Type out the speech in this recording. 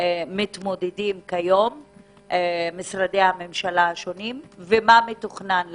מתמודדים כיום משרדי הממשלה השונים ומה מתוכנן לעתיד.